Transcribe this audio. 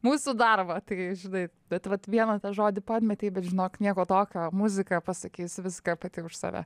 mūsų darbą tai žinai bet vat vieną tą žodį pametei bet žinok nieko tokio muzika pasakys viską pati už save